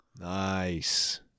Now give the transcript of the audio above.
Nice